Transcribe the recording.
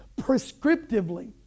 prescriptively